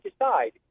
decide